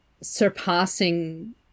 surpassing